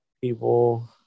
People